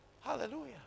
Hallelujah